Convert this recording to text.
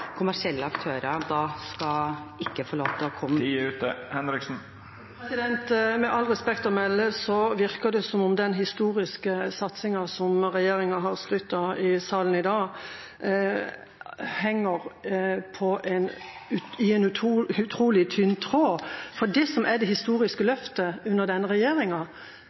kommersielle aktører da ikke skal få lov til å komme Tida er ute. Med all respekt å melde så virker det som om den historiske satsingen som regjeringa har skrytt av i salen i dag, henger i en utrolig tynn tråd. For det historiske løftet under denne regjeringa er at det